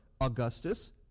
Augustus